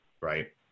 Right